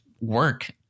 work